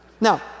Now